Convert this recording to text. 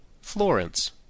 Florence